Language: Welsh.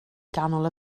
ganol